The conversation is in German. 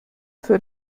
für